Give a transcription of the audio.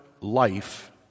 life